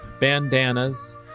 bandanas